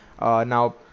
now